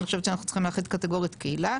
אני חושבת שאנחנו צריכים להחליט קטגורית קהילה.